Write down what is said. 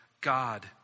God